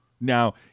now